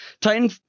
titan